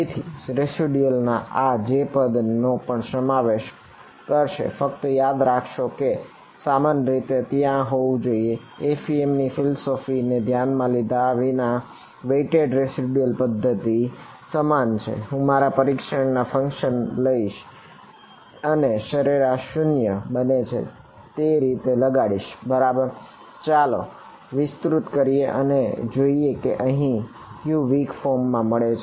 તેથી રેસીડ્યુલ મળે છે